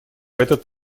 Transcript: этот